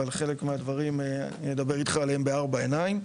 אבל חלק מהדברים אני אדבר איתך עליהם בארבע עיניים,